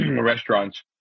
restaurants